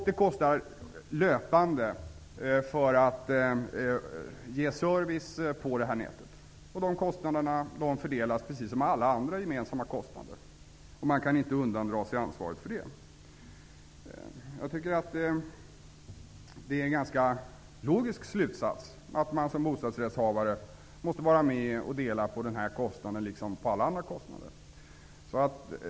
Dessutom utgör servicen av nätet en löpande kostnad. Dessa kostnader fördelas då precis som alla andra gemensamma kostnader. Man kan inte undandra sig ansvaret för dessa. Jag tycker att det är en ganska logisk slutsats, att man som bostadsrättshavare måste vara med och dela på denna kostnad liksom när det gäller alla andra kostnader.